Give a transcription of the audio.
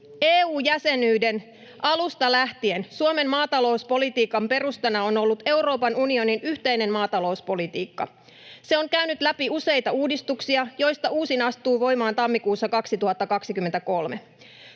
EU-jäsenyyden alusta lähtien Suomen maatalouspolitiikan perustana on ollut Euroopan unionin yhteinen maatalouspolitiikka. Se on käynyt läpi useita uudistuksia, joista uusin astuu voimaan tammikuussa 2023.